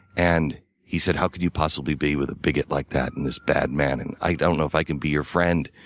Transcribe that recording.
and he said how could you possibly be with a bigot like that, and this bad man, and i don't know if i can be your friend,